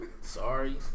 Sorry